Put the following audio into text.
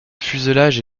fuselage